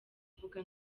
uvuga